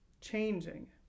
changing